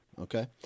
Okay